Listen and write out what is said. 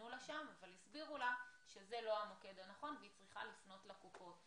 אבל הסבירו לה שזה לא המוקד הנכון והיא צריכה לפנות לקופות.